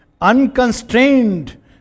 Unconstrained